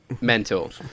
mental